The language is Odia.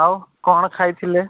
ଆଉ କ'ଣ ଖାଇଥିଲେ